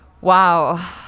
Wow